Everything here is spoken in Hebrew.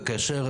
וכאשר,